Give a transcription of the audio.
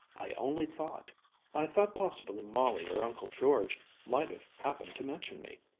i only thought i thought possibly molly or uncle george might have happened to mention me.